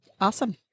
awesome